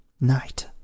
night